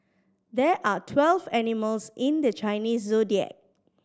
there are twelve animals in the Chinese Zodiac